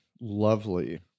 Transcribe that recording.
lovely